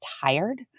tired